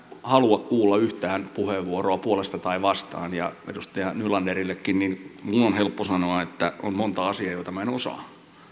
halua kuulla yhtään puheenvuoroa puolesta tai vastaan ja edustaja nylanderillekin minun on helppo sanoa että on monta asiaa joita minä en osaa